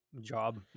job